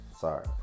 Sorry